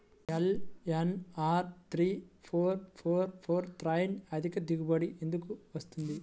LNR three four four four nine అధిక దిగుబడి ఎందుకు వస్తుంది?